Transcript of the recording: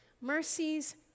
Mercies